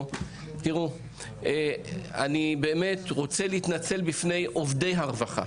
תראו, אני באמת, רוצה להתנצל בפני עובדי הרווחה,